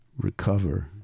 recover